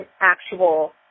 actual